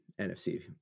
NFC